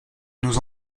nos